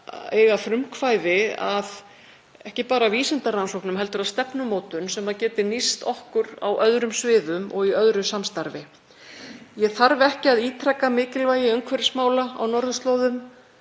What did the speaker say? átt frumkvæði að ekki bara vísindarannsóknum heldur að stefnumótun sem getur nýst okkur á öðrum sviðum og í öðru samstarfi. Ég þarf ekki að ítreka mikilvægi umhverfismála á norðurslóðum.